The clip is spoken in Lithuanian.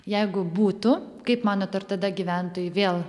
jeigu būtų kaip manot ar tada gyventojai vėl